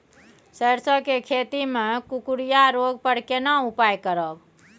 सरसो के खेती मे कुकुरिया रोग पर केना उपाय करब?